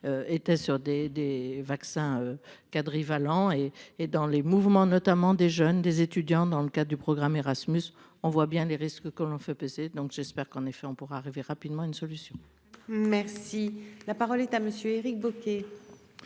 Étaient sur des des vaccins. Valant et et dans les mouvements, notamment des jeunes, des étudiants dans le cadre du programme Erasmus. On voit bien les risques que l'on fait peser, donc j'espère qu'en effet on pourrait arriver rapidement une solution. Merci la parole est à monsieur Éric Bocquet.